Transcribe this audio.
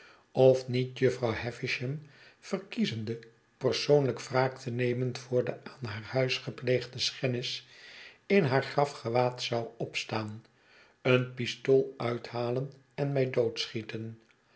of niet jufvrouw havisham verkiezende persoonlijk wraak te nemen voor de aan haar huis gepleegde schennis inhaargrafgewaad zou opstaan een pistool uithalen en mij doodschieten